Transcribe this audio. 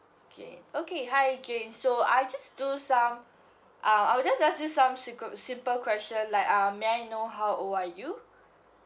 okay okay hi again so I just do some uh I'll just ask you some simp~ simple question like um may I know how old are you